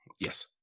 Yes